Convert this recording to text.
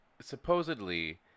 Supposedly